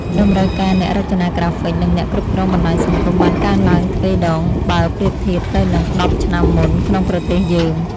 តម្រូវការអ្នករចនាក្រាហ្វិកនិងអ្នកគ្រប់គ្រងបណ្តាញសង្គមបានកើនឡើងទ្វេដងបើប្រៀបធៀបទៅនឹងដប់ឆ្នាំមុនក្នុងប្រទេសយើង។